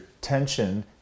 tension